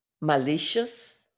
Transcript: malicious